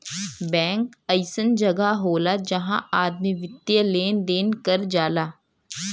bank अइसन जगह होला जहां आदमी वित्तीय लेन देन कर जाला